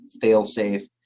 fail-safe